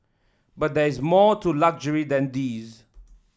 but there is more to luxury than these